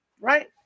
right